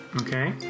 Okay